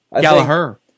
Gallagher